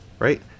right